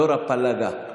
דור הפלגה.